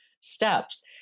steps